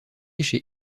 chez